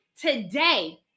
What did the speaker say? today